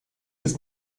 ist